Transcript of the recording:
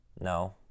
No